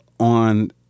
on